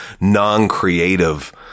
non-creative